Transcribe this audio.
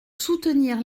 soutenir